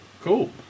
cool